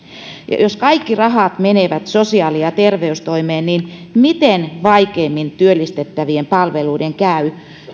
ja jos kaikki rahat menevät sosiaali ja terveystoimeen niin miten vaikeimmin työllistettävien palveluiden käy